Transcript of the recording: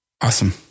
Awesome